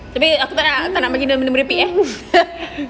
kena aku tak tak nak dengar dia merepek lah